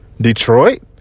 Detroit